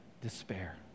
despair